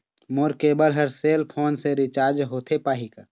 मोर cable हर cell phone से recharge होथे पाही का?